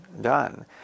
done